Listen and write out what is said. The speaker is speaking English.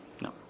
No